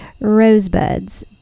rosebuds